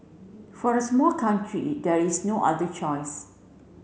for a small country there is no other choice